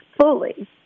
fully